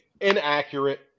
inaccurate